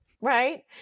right